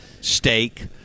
steak